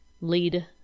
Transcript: lead